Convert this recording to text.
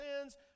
sins